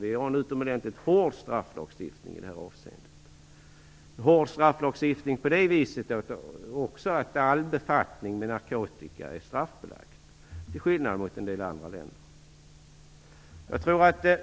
Vi har en utomordentligt hård strafflagstiftning i detta avseende. Det är en hård strafflagstiftning också på det viset att all befattning med narkotika är straffbelagd i Sverige, till skillnad från en del andra länder.